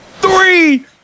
three